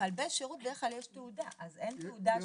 לכלבי שירות בדרך כלל יש תעודה, אז אין תעודה?